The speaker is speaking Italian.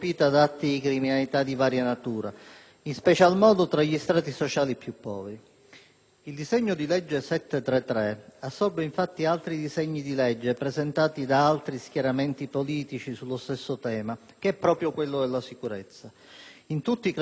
Il disegno di legge n. 733 assorbe infatti altri disegni di legge presentati da altri schieramenti sul medesimo tema della sicurezza. In tutti credo vi sia l'obiettivo di aggiornare il nostro sistema giudiziario alle nuove esigenze di ordine pubblico.